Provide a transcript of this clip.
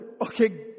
okay